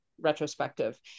retrospective